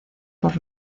por